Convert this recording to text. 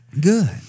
Good